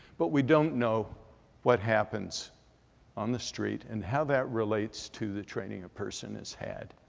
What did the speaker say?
but we don't know what happens on the street and how that relates to the training a person has had.